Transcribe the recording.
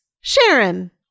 Sharon